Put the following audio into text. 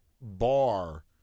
bar